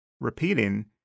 repeating